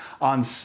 on